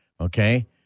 okay